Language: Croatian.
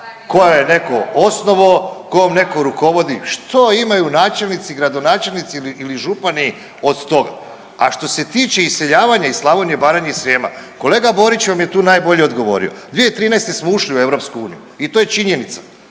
koju je netko osnovao, kom netko rukovodi, što imaju načelnici i gradonačelnici ili župani od toga? A što se tiče iseljavanja iz Slavonije, Baranje i Srijema, kolega Borić vam je tu najbolje odgovorio, 2013. smo ušli u EU i to je činjenica.